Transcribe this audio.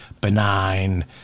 benign